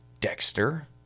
Dexter